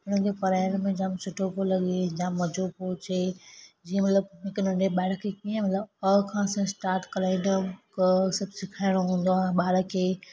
उन्हनि खे पढ़ाइण मूंखे जाम सुठो पियो लॻे जाम मज़ो पियो अचे जीअं मतलबु हिक नंढे ॿार खे किअं मतलबु अ खां असां स्टाट कराईंदा आहियूं क सभु सिखाइणो हूंदो आहे ॿार खे